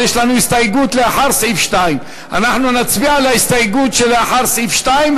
אבל יש לנו הסתייגות לאחר סעיף 2. אנחנו נצביע על ההסתייגות שלאחר סעיף 2,